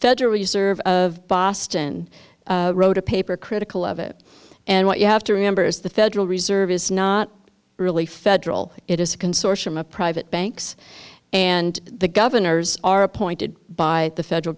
federal reserve of boston wrote a paper critical of it and what you have to remember is the federal reserve is not really federal it is a consortium of private banks and the governors are appointed by the federal